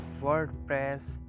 Wordpress